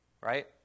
right